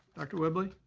dr. whibley.